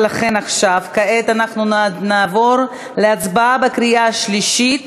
לכן כעת אנחנו נעבור להצבעה בקריאה שלישית